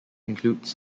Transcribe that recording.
includes